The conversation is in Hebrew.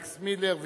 אלכס מילר,